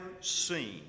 seen